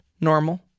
normal